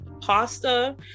pasta